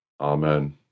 Amen